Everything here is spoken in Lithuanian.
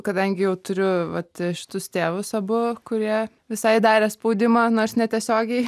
kadangi jau turiu vat šitus tėvus abu kurie visai darė spaudimą nors netiesiogiai